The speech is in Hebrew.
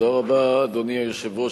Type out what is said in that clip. אדוני היושב-ראש,